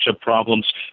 problems